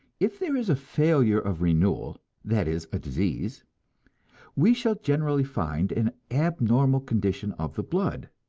if there is a failure of renewal that is, a disease we shall generally find an abnormal condition of the blood.